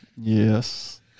Yes